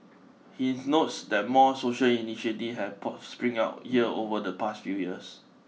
he notes that more social initiatives have sprung up here over the past few years